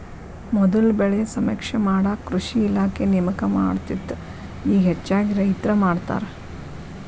ಮೊದಲ ಬೆಳೆ ಸಮೇಕ್ಷೆ ಮಾಡಾಕ ಕೃಷಿ ಇಲಾಖೆ ನೇಮಕ ಮಾಡತ್ತಿತ್ತ ಇಗಾ ಹೆಚ್ಚಾಗಿ ರೈತ್ರ ಮಾಡತಾರ